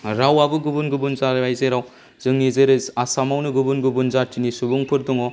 रावआबो गुबुन गुबुन जाबाय जेराव जोंनि जेरै आसामावनो गुबुन गुबुन जाथिनि सुबुंफोर दङ